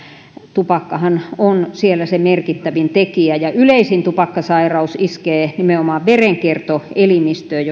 tupakkahan on siellä se merkittävin tekijä yleisin tupakkasairaus iskee nimenomaan verenkiertoelimistöön